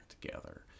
together